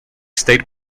state